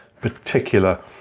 particular